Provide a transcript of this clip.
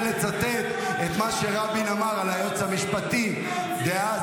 לצטט את מה שרבין אמר על היועץ המשפטי דאז,